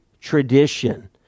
tradition